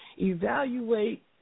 evaluate